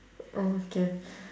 okay